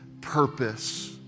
purpose